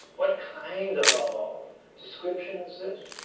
what kind of description is is